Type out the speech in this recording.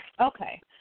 Okay